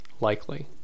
likely